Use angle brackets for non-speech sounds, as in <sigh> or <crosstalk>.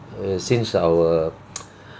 err since our <noise>